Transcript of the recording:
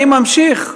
אני ממשיך,